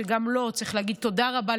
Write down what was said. גם למשרד המבקר צריך להגיד תודה רבה,